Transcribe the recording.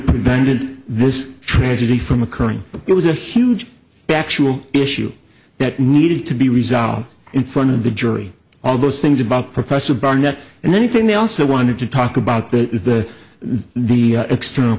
prevented this tragedy from occurring it was a huge actual issue that needed to be resolved in front of the jury all those things about professor barnett and anything they also wanted to talk about the the external